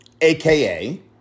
AKA